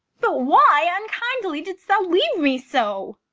but why unkindly didst thou leave me so?